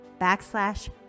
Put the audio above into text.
backslash